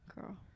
Girl